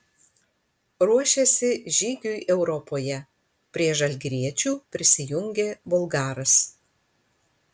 ruošiasi žygiui europoje prie žalgiriečių prisijungė bulgaras